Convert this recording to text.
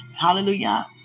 Hallelujah